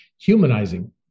humanizing